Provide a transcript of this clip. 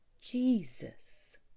Jesus